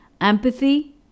empathy